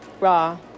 raw